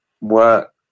work